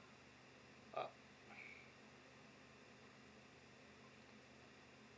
uh